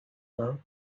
though